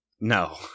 No